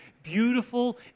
beautiful